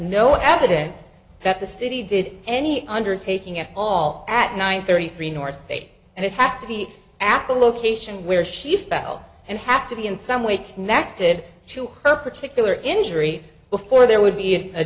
no evidence that the city did any undertaking at all at nine thirty three nor state and it has to be at the location where she fell and have to be in some way connected to her particular injury before there would be a